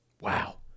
Wow